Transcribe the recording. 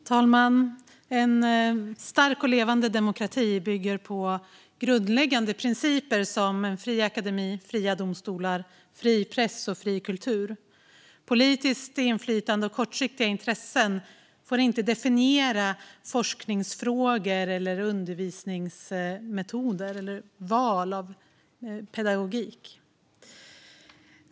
Herr talman! En stark och levande demokrati bygger på grundläggande principer som en fri akademi, fria domstolar, fri press och fri kultur. Politiskt inflytande och kortsiktiga intressen får inte definiera forskningsfrågor, undervisningsmetoder eller val av pedagogik.